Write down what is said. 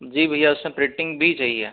जी भैया उसमें प्रिंटिंग भी चाहिए